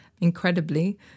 incredibly